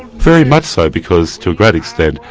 very much so, because to a great extent,